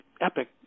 epic